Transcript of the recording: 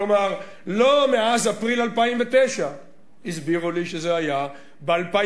כלומר לא מאז אפריל 2009. הסבירו לי שזה היה ב-2007,